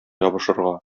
ябышырга